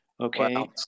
Okay